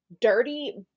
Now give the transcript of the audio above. dirty